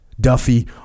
Duffy